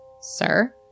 Sir